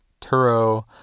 Turo